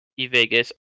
eVegas